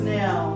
now